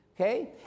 Okay